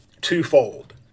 twofold